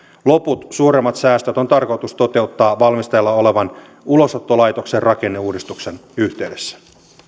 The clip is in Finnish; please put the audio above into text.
loput suuremmat säästöt on tarkoitus toteuttaa valmisteilla olevan ulosottolaitoksen rakenneuudistuksen yhteydessä